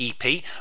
EP